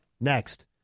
Next